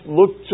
look